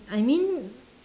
I mean